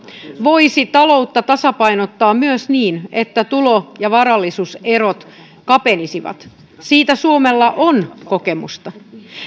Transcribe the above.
voisi taloutta tasapainottaa myös niin että tulo ja varallisuuserot kapenisivat siitä suomella on kokemusta